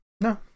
no